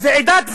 ועידת ואנזה,